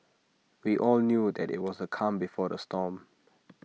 we all knew that IT was the calm before the storm